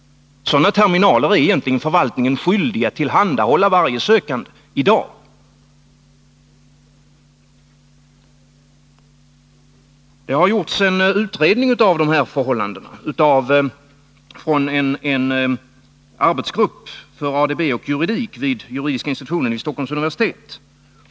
Sådana terminaler är förvaltningen egentligen skyldig att tillhandahålla varje sökande redan i dag. Det har gjorts en utredning av dessa förhållanden från en arbetsgrupp för ADB och juridik inom juridiska institutionen vid Stockholms universitet.